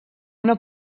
una